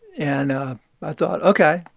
and i thought, ok,